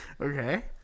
Okay